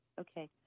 Okay